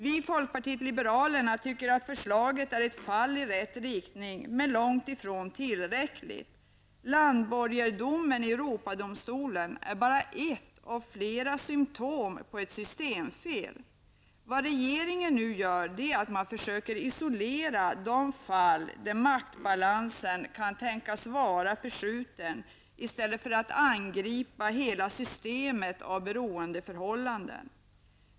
Vi i folkpartiet liberalerna tycker att förslaget är ett steg i rätt riktning, men långt ifrån tillräckligt. Langborgerdomen i Europadomstolen är bara ett av flera symptom på ett systemfel. Regeringen försöker nu isolera de fall där maktbalansen kan tänkas vara förskjuten i stället för att angripa hela systemet av beroendeförhållanden.